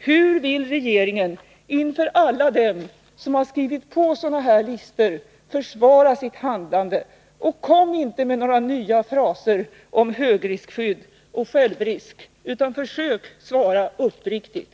Hur vill regeringen inför alla dem som har skrivit på sådana listor försvara sitt handlande? Kom inte med några nya fraser om högriskskydd och självrisk, utan försök svara uppriktigt!